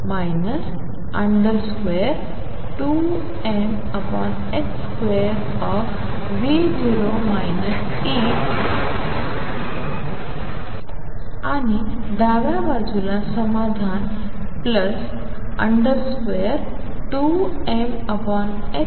येथे e 2m2V0 Ex आणि डाव्या बाजूला समाधान 2m2V0 Ex